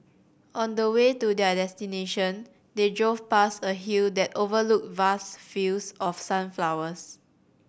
on the way to their destination they drove past a hill that overlooked vast fields of sunflowers